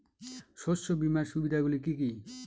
শস্য বিমার সুবিধাগুলি কি কি?